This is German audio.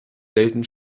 selten